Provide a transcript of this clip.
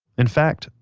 in fact,